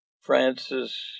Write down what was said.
Francis